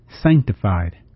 sanctified